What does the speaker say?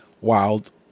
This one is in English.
Wild